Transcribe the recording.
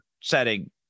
setting